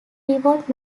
reward